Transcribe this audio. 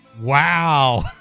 Wow